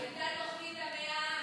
הייתה תוכנית המאה.